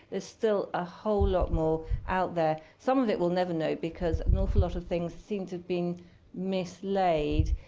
there's still a whole lot more out there. some of it we'll never know because an awful lot of things seem to have been mislaid.